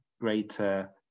greater